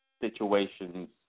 situations